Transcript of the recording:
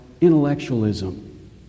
intellectualism